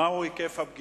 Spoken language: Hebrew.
1. מה הוא היקף הפגיעה?